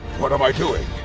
what am i doing?